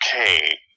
okay